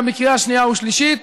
גם בקריאה שנייה ושלישית,